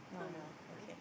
oh no okay